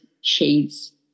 shades